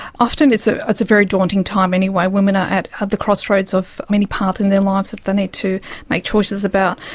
often it's a it's a very daunting time anyway. women are at the crossroads of many paths in their lives that they need to make choices about,